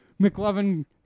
McLovin